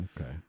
Okay